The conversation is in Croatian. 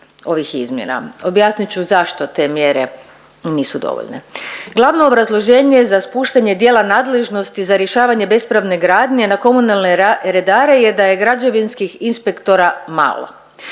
ovih izmjena, objasnit ću zašto te mjere nisu dovoljne. Glavno obrazloženje za spuštanje dijela nadležnosti za rješavanje bespravne gradnje na komunalne redare je da je građevinskih inspektora malo.